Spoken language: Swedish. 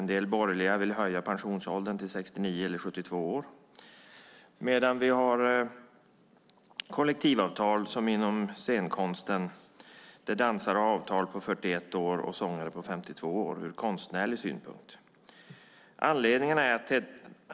En del borgerliga vill höja pensionsåldern till 69 eller 72 år, medan vi har kollektivavtal inom scenkonsten där dansare har 41 år och sångare 52 år som avtalad pensionsålder ur konstnärlig synpunkt.